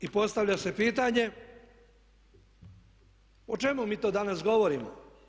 I postavlja se pitanje o čemu mi to danas govorimo.